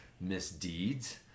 misdeeds